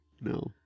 No